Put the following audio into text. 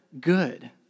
good